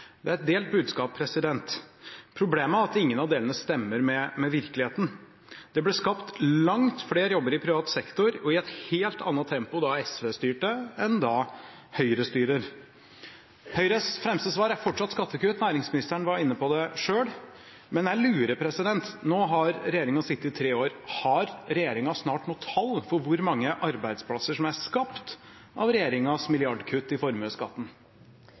Det er et delt budskap. Problemet er at ingen av delene stemmer med virkeligheten. Det ble skapt langt flere jobber i privat sektor og i et helt annet tempo da SV styrte, enn nå når Høyre styrer. Høyres fremste svar er fortsatt skattekutt. Næringsministeren var inne på det selv. Men jeg lurer, for nå har regjeringen sittet i tre år: Har regjeringen noe tall for hvor mange arbeidsplasser som er skapt av regjeringens milliardkutt i formuesskatten?